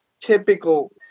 typical